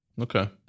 Okay